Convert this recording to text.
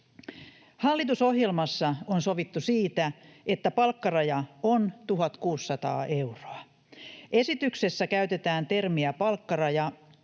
Hallitusohjelmassa on sovittu siitä, että palkkaraja on 1 600 euroa. Esityksessä käytetään termiä palkkaraja